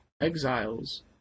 exiles